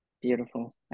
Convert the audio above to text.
Beautiful